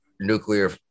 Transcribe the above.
nuclear